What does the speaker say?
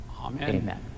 Amen